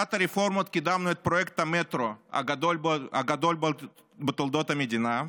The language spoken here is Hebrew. בוועדת הרפורמות קידמנו את פרויקט המטרו הגדול בתולדות המדינה,